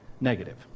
negative